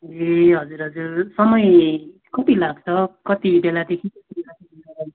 ए हजुर हजुर समय कति लाग्छ कति बेलादेखि